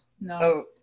no